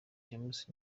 james